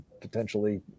potentially